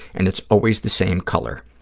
and it's always the same color.